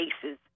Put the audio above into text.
cases